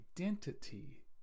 identity